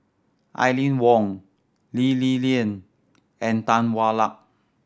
Aline Wong Lee Li Lian and Tan Hwa Luck